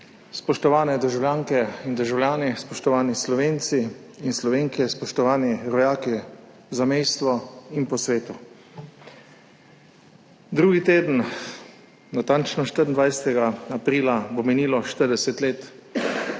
spoštovani državljanke in državljani, spoštovani Slovenci in Slovenke, spoštovani rojaki v zamejstvu in po svetu! Naslednji teden, natančno 24. aprila, bo minilo 40 let,